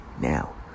Now